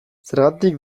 zergatik